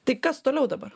tai kas toliau dabar